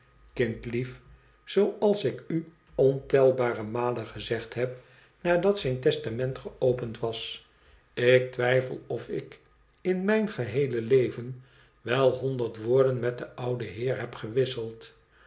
kindlief zooals ik u ontelbare malen gezegd heb nadat zijn testament geopend was ik twijfel of ik in mijn gefaeele leven wel honderd woorden met den ouden heer heb gewisseld